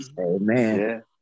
amen